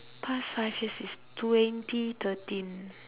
past five years is twenty thirteen